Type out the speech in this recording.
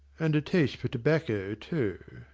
and a taste for tobacco, too.